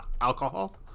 alcohol